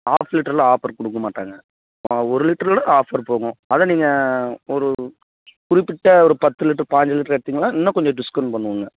of லிட்ரில் offer கொடுக்க மாட்டாங்க ஒரு லிட்ரில் ஆஃபர் போகும் அது நீங்கள் ஒரு குறிப்பிட்ட ஒரு பத்து லிட்டர் பாஞ்சு லிட்ரு எடுத்திங்கன்னால் இன்னும் கொஞ்சம் டிஸ்கவுண்ட் பண்ணுவோங்க